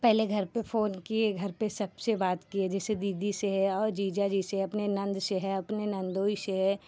पहले घर पर फ़ोन किए घर पर सबसे बात किए जैसे दीदी से और जीजाजी से अपने ननद से है अपने ननदोई से